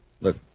Look